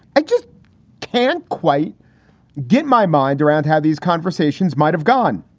i just can't quite get my mind around how these conversations might have gone.